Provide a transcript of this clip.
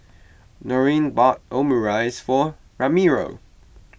Norine bought Omurice for Ramiro